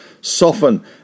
soften